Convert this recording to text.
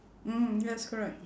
mm yes correct